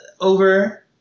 over